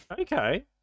Okay